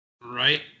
Right